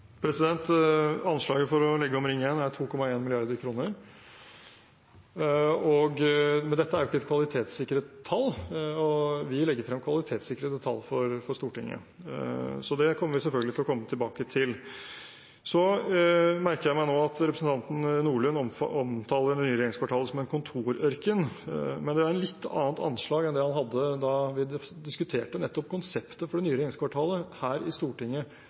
Anslaget for å legge om Ring 1 er 2,2 mrd. kr. Men dette er ikke et kvalitetssikret tall; vi vil legge frem kvalitetssikrede tall for Stortinget. Så det kommer vi selvfølgelig til å komme tilbake til. Så merker jeg meg nå at representanten Nordlund omtaler det nye regjeringskvartalet som «en kontorørken». Det er et litt annet anslag enn det han hadde da vi diskuterte nettopp konseptet for det nye regjeringskvartalet her i Stortinget